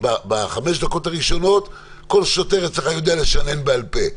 בחמש דקות הראשונות כל שוטר אצלך יודע לשנן בעל פה.